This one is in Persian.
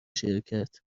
شرکت